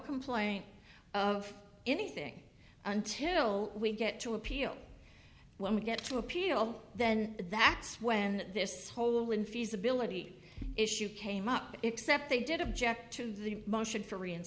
complaint of anything until we get to appeal when we get to appeal then that's when this whole infeasibility issue came up except they did object to the motion f